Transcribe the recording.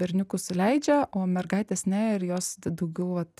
berniukus leidžia o mergaites ne ir jos daugiau vat